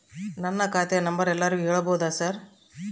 ನನ್ನ ಖಾತೆಯ ನಂಬರ್ ಎಲ್ಲರಿಗೂ ಹೇಳಬಹುದಾ ಸರ್?